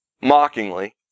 mockingly